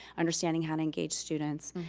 understanding how to engage students.